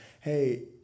hey